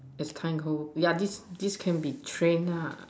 as time goes yeah this this can be trained lah